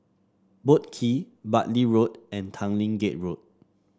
Boat Quay Bartley Road and Tanglin Gate Road